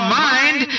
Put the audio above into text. mind